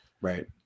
Right